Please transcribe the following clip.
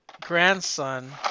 grandson